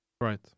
Right